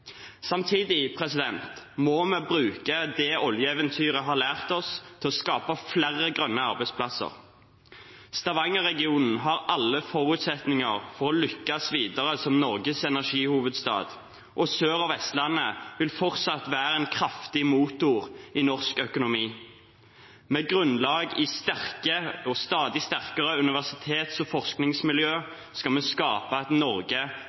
Samtidig må vi bruke det oljeeventyret har lært oss, til å skape flere grønne arbeidsplasser. Stavanger-regionen har alle forutsetninger for å lykkes videre som Norges energihovedstad, og Sør- og Vestlandet vil fortsatt være en kraftig motor i norsk økonomi. Med grunnlag i sterke og stadig sterkere universitets- og forskningsmiljøer skal vi skape et Norge